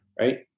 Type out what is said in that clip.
right